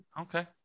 Okay